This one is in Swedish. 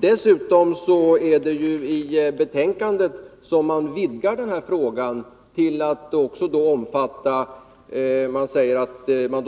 Dessutom är det i betänkandet som man vidgar den här frågan genom att